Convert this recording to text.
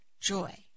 joy